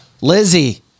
Lizzie